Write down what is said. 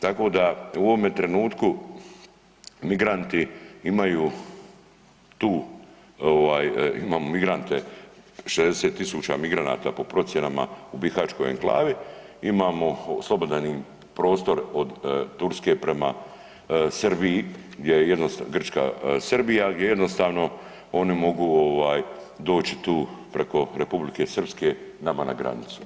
Tako da u ovome trenutku migranti imaju tu ovaj, imamo migrante, 60.000 migranata po procjenama u bihaćkoj enklavi, imamo slobodan im prostor od Turske prema Srbiji gdje, Grčka-Srbija gdje jednostavno oni mogu ovaj doći tu preko Republike Srpske nama na granicu.